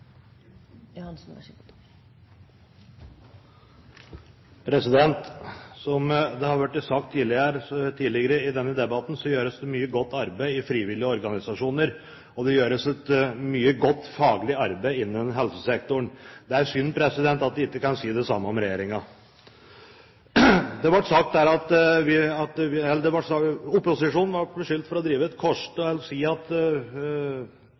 Som det har vært sagt tidligere i denne debatten, gjøres det mye godt arbeid i frivillige organisasjoner, og det gjøres mye godt faglig arbeid innen helsesektoren. Det er synd at jeg ikke kan si det samme om regjeringen. Opposisjonen er blitt beskyldt for å si at regjeringspartiene driver et korstog mot private institusjoner. Det var det Arbeiderpartiet som sa. Det er absolutt ikke slik at